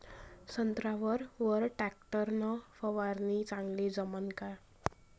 संत्र्यावर वर टॅक्टर न फवारनी चांगली जमन का?